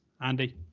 Andy